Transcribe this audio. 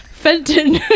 Fenton